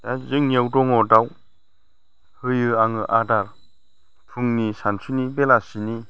दा जोंनियाव दङ दाउ होयो आङो आदार फुंनि सानसुनि बेलासिनि